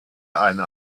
eine